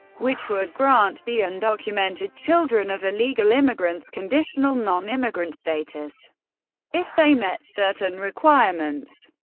which would grant the undocumented children of illegal immigrants conditional non-immigrant status if they met certain requirements.